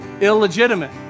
illegitimate